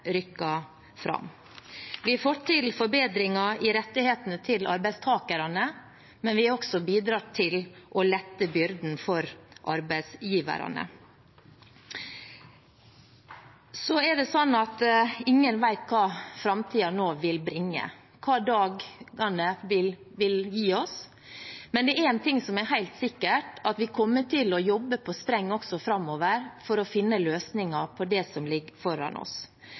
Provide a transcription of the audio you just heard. fram. Vi har fått til forbedringer i rettighetene til arbeidstakerne, men vi har også bidratt til å lette byrden for arbeidsgiverne. Så er det sånn at ingen vet hva framtiden nå vil bringe, hva dagene vil gi oss, men det er en ting som er helt sikkert, og det er at vi kommer til å jobbe på spreng også framover for å finne løsninger på det som ligger foran oss.